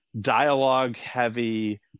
dialogue-heavy